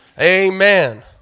Amen